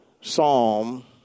psalm